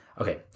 Okay